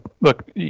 look